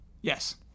Yes